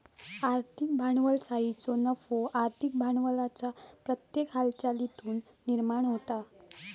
आर्थिक भांडवलशाहीचो नफो आर्थिक भांडवलाच्या प्रत्येक हालचालीतुन निर्माण होता